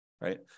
right